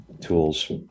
tools